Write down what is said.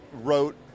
wrote